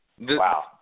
Wow